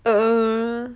uh